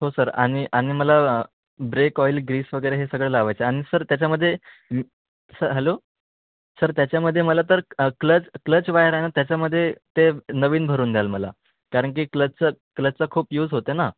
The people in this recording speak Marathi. हो सर आणि आणि मला ब्रेक ऑईल ग्रीस वगैरे हे सगळं लावायचे आणि सर त्याच्यामध्ये सर हॅलो सर त्याच्यामध्ये मला तर क क्लच क्लच वायर आहे ना त्याच्यामध्ये ते नवीन भरून द्याल मला कारण की क्लचचा क्लचचा खूप यूज होते ना